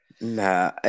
Nah